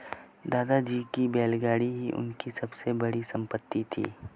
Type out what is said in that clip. दादाजी की बैलगाड़ी ही उनकी सबसे बड़ी संपत्ति थी